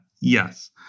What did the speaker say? Yes